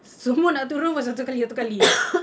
semua nak turun satu kali satu kali